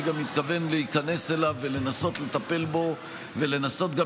אני גם מתכוון להיכנס אליו ולנסות לטפל בו ולנסות גם